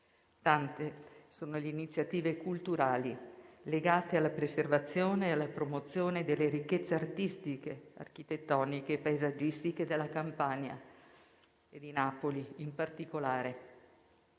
Tante sono le iniziative culturali legate alla preservazione e alla promozione delle ricchezze artistiche, architettoniche e paesaggistiche della Campania e di Napoli, in particolare,